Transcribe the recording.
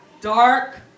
dark